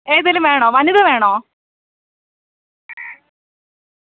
ഏതെങ്കിലും വേണോ വനിത വേണോ